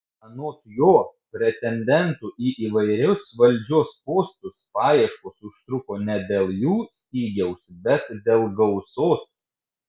anot jo pretendentų į įvairius valdžios postus paieškos užtruko ne dėl jų stygiaus bet dėl gausos